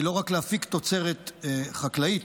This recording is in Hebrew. היא לא רק להפיק תוצרת חקלאית